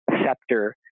scepter